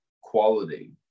quality